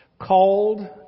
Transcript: called